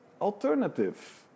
alternative